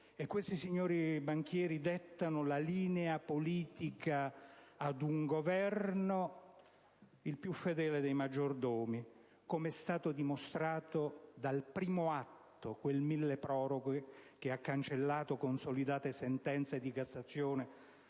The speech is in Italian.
E questi signori banchieri dettano la linea politica a un Governo, il più fedele dei maggiordomi, come è stato dimostrato dal primo atto, quel milleproroghe che ha cancellato consolidate sentenze di Cassazione